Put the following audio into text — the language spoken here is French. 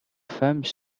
femmes